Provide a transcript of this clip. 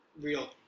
real